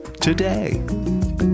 today